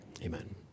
Amen